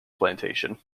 plantation